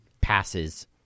passes